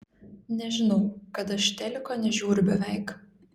nežinau kad aš teliko nežiūriu beveik